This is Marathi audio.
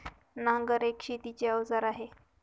नांगर एक शेतीच अवजार आहे